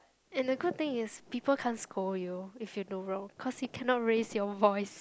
and the good thing is people can't scold you if you do wrong because he cannot raise your voice